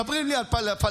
מדברים לי על פלסטין.